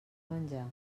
menjar